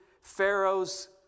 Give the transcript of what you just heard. Pharaoh's